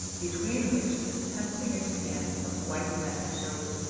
between which a tempting expanse of white neck showed,